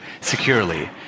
securely